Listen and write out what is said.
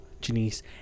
Janice